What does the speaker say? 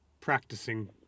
practicing